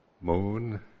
Moon